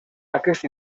aquest